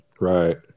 right